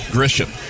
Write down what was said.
Grisham